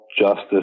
justice